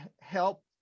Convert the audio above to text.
help